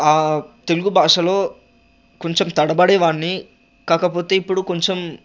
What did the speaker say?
తెలుగుభాషలో కొంచెం తడబడేవాడ్ని కాకపోతే ఇప్పుడు కొంచెం